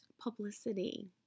publicity